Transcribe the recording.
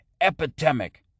Epidemic